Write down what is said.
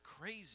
crazy